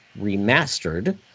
remastered